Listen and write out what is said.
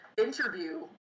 interview